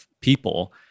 people